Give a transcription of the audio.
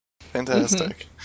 fantastic